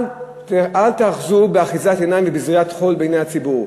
אל תאחזו באחיזת עיניים ובזריית חול בעיני הציבור.